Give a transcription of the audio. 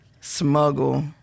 smuggle